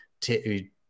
take